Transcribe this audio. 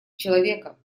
человека